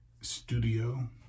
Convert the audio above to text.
studio